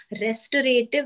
restorative